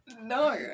no